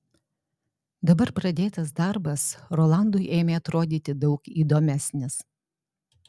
dabar pradėtas darbas rolandui ėmė atrodyti daug įdomesnis